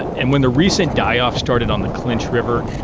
and when the recent die-off started on the clinch river,